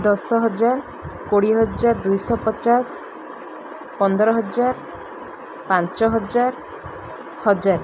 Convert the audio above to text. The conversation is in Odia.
ଦଶ ହଜାର କୋଡ଼ିଏ ହଜାର ଦୁଇଶହ ପଚାଶ ପନ୍ଦର ହଜାର ପାଞ୍ଚ ହଜାର ହଜାର